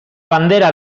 bandera